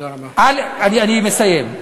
אני מסיים.